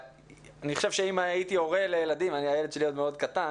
אני חושב שאם הייתי הורה לילדים הילד שלי עוד מאוד קטן